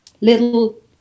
little